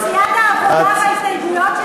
סיעת העבודה וההסתייגויות שלהם?